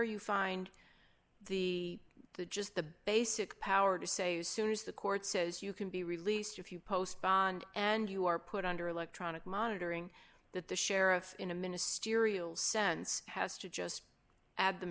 you find the the just the basic power to say as soon as the court says you can be released if you post bond and you are put under electronic monitoring that the sheriff in a ministerial sense has to just add them